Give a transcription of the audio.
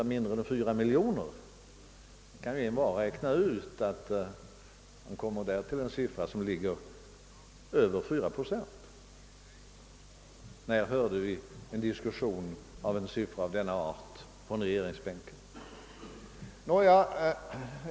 Var och en kan ju räkna ut att 180 000 utan arbete i Sverige av cirka 4 miljoner motsvarar över 4 procent. När hörde vi i en diskussion en siffra av denna art från regeringsbänken?